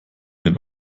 den